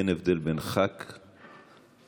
אין הבדל בין ח"כ אחד לאחר.